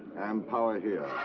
and power here.